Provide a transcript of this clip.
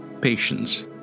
Patience